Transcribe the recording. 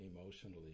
emotionally